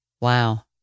Wow